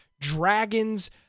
dragons